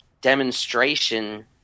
demonstration